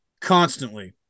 constantly